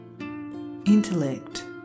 Intellect